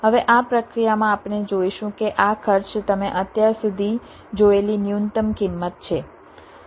હવે આ પ્રક્રિયામાં આપણે જોઈશું કે આ ખર્ચ તમે અત્યાર સુધી જોયેલી ન્યૂનતમ કિંમત છે